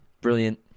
Brilliant